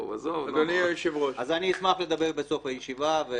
אדוני היושב ראש -- אז אני אשמח לדבר בסוף הישיבה.